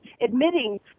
admitting